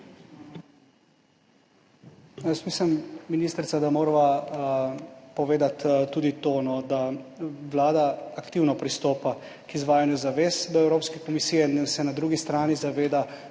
mislim, ministrica, da morava povedati tudi to, da Vlada aktivno pristopa k izvajanju zavez do Evropske komisije in se na drugi strani zaveda